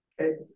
Okay